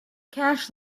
cash